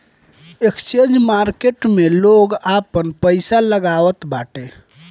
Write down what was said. exchange market में लोग आपन पईसा लगावत बाटे